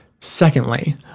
Secondly